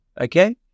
okay